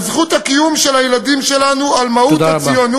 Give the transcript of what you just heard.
על זכות הקיום של הילדים שלנו, על מהות הציונות,